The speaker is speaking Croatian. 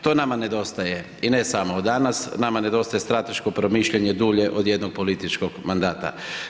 To nama nedostaje, i ne samo danas, nama nedostaje strateško promišljanje dulje od jednog političkog mandata.